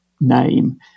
name